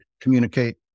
communicate